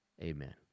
Amen